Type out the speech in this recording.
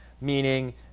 meaning